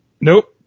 nope